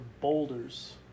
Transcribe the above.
boulders